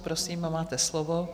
Prosím, máte slovo.